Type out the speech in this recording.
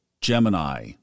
Gemini